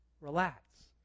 relax